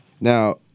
Now